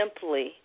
simply